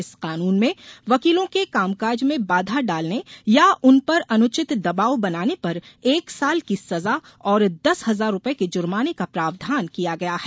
इस कानून में वकीलों के कामकाज में बाधा डालने या उनपर अनुचित दबाव बनाने पर एक साल की सजा और दस हजार रूपये के जुर्माने का प्रावधान किया गया है